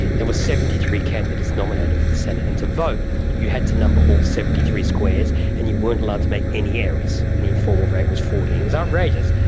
there was seventy three candidates nominated for the senate, and to vote you had to number all seventy three squares and you weren't allowed to make any errors, and the informal rate was fourteen. it was outrageous.